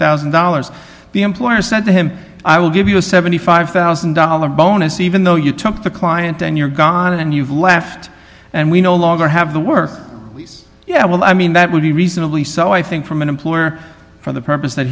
thousand dollars the employer said to him i will give you a seventy five thousand dollars bonus even though you took the client and you're gone and you've left and we no longer have the work yeah well i mean that would be reasonably so i think from an employer for the purpose that